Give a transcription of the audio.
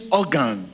organ